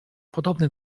podobny